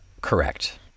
Correct